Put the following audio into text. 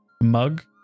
mug